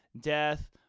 death